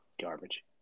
garbage